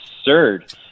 absurd